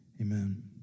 Amen